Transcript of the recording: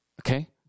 Okay